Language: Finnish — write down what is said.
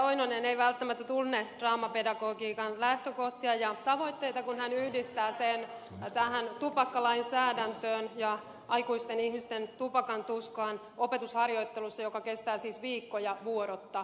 oinonen ei välttämättä tunne draamapedagogiikan lähtökohtia ja tavoitteita kun hän yhdistää sen tähän tupakkalainsäädäntöön ja aikuisten ihmisten tupakantuskaan opetusharjoittelussa joka kestää siis viikkoja vuorotta